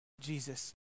Jesus